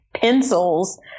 pencils